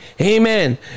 amen